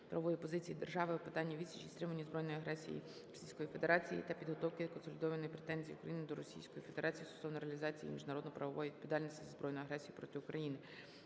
правової позиції держави у питанні відсічі і стримування збройної агресії Російської Федерації та підготовки консолідованої претензії України до Російської Федерації стосовно реалізації її міжнародно-правової відповідальності за збройну агресію проти України.